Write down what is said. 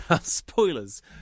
Spoilers